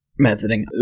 methoding